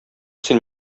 син